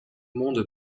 monde